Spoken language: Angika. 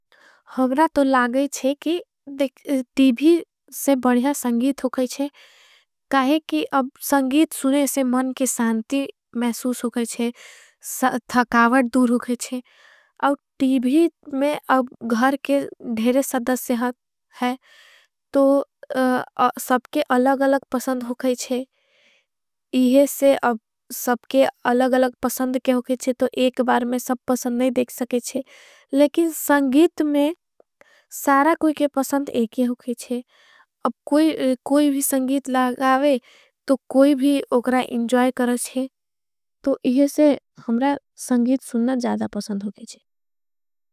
हम्रा तो लागईच्छे की टीवी से बढ़िया संगीत होगईच्छे। काहे की संगीत सुने से मन की सांति मैसूस होगईच्छे। ठकावट दूर होगईच्छे टीवी में गहर के धेरे सदस्यहत। है सबके अलग अलग पसंद होगईच्छे तो एक बार। में सब पसंद नहीं देख सकेच्छे लेकिन संगीत में। सारा कोई के पसंद एक होगईच्छे कोई भी संगीत। लागावे तो कोई भी उकरा इंजॉय करच्छे तो। इहसे हम्रा संगीत सुनना ज़्यादा पसंद होगईच्छे।